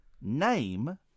Name